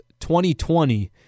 2020